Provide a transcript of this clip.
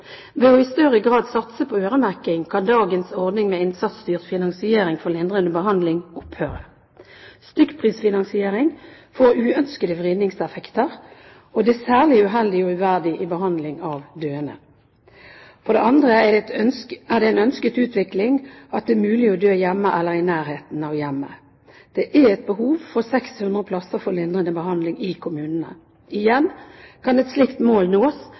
i større grad å satse på øremerking kan dagens ordning med innsatsstyrt finansiering for lindrende behandling opphøre. Stykkprisfinansiering får uønskede vridningseffekter, og det er særlig uheldig og uverdig i behandling av døende. For det andre er det en ønsket utvikling at det er mulig å dø hjemme eller i nærheten av hjemmet. Det er behov for 600 plasser for lindrende behandling i kommunene. Igjen kan et slikt mål nås